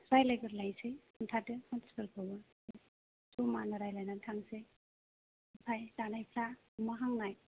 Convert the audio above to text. रायलायगोरलायसै खोन्थादो मानसिफोरखौ ज'मानो रायलायनानै थांसै ओमफ्राय जानायफ्रा अमा हांनाय